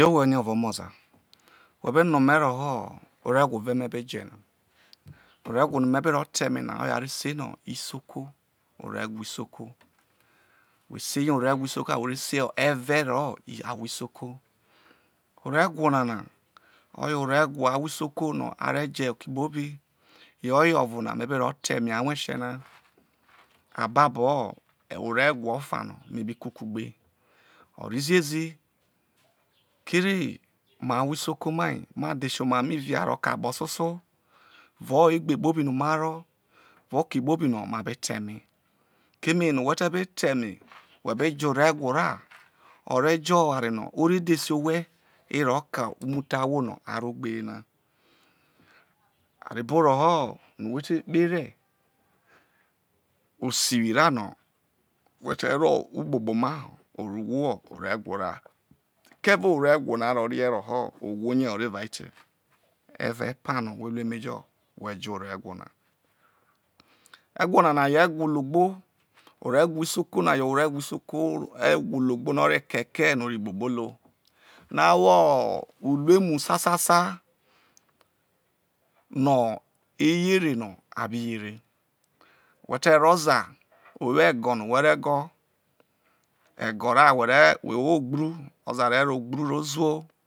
Whe ohiovo omozae whe be no ome roho ore who ve me beje arewho nome be ro ta eme na oye a re se no isoko, orewho isoko whe se ri orewho isoko ha whe re sei evere ahwo isoko orewho nana oye orewho ahwo isoko no are je oke kpobi yo oye avona me be ro ta eme anwese na ababo orewho ofa no me bi kukugbeli, o rro ziezi kere mal ahwo isoko mal ma dhese oma mei via roke akpo soso evao ogbe kpobi no ma rroi evao oke-kpobi no ma be ta eme, keme no whe te be ta eme whe be je o orewho ra o re jo oware no o re dhese owhe roke umutho ahwo no a rro ogbe yena, a re bo roho whe te kpoho ere osiwi ra no whete rro okpokpo ma oro ohwo orewho ra keve orewho na ro rie roho ohwo rie o ro evao etee evao epano whe ru emejo whe je orewho isoko na yo ore who isoko ewho logbo no o re kekee no o rro kpokpolo no o ro uruemu sasa sa no eyere no a bi yere whete ro ozae owo ego no whe re go ego ra whe re whe wo ego no whe re go ego ra where whe wo ogbru ozae re ro ogbru ro zou.